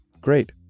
great